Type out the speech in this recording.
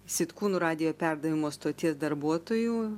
sitkūnų radijo perdavimo stoties darbuotojų